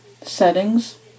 Settings